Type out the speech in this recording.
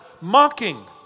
mocking